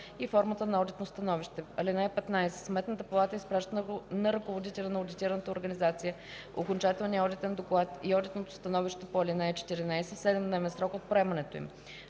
и формата на одитно становище. (15) Сметната палата изпраща на ръководителя на одитираната организация окончателния одитен доклад и одитното становище по ал. 14 в 7-дневен срок от приемането им.